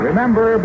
Remember